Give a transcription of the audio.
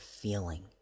feeling